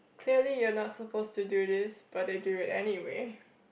clearly you're not supposed to do this but they do it anyway